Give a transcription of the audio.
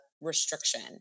restriction